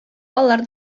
алар